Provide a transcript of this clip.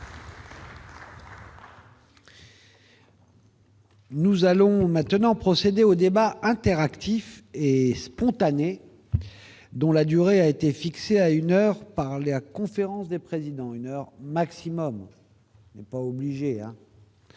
Nous allons maintenant procéder au débat interactif et spontané, dont la durée a été fixée à une heure par les la conférence des présidents une heure maximum. Et pas obligé